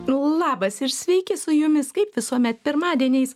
labas ir sveiki su jumis kaip visuomet pirmadieniais